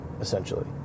essentially